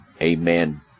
Amen